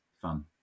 fun